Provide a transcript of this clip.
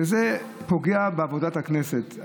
וזה פוגע בעבודת הכנסת.